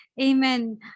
amen